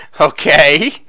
okay